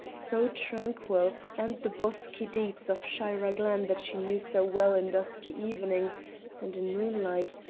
so tranquil, and the bosky deeps of shira glen that she knew so well in dusky evenings and in moonlight,